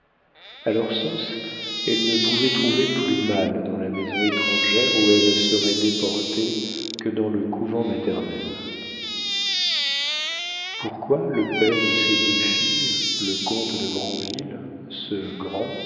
leur sens elles ne pouvaient trouver plus mal dans la maison étrangère où elles seraient déportées que dans le couvent maternel pourquoi le père de ces deux filles le comte de granville ce grand